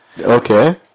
Okay